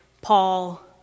Paul